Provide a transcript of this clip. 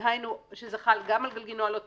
דהיינו שזה חל גם על גלגינוע לא תקני,